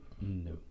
No